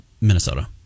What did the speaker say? minnesota